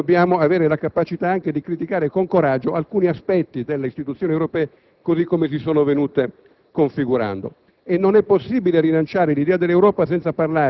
Per avere un rilancio dell'idea europea dobbiamo avere la capacità anche di criticare con coraggio alcuni aspetti delle Istituzioni europee, così come si sono venute configurando.